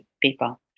people